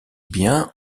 bien